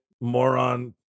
moron